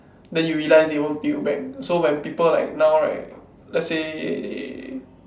then you realize they won't pay you back so when people like now right let's say they